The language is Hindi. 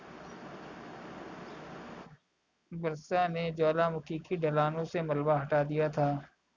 वर्षा ने ज्वालामुखी की ढलानों से मलबा हटा दिया था